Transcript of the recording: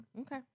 Okay